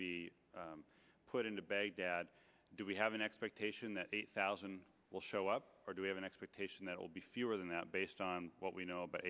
be put into baghdad do we have an expectation that eight thousand will show up or do we have an expectation that will be fewer than that based on what we know about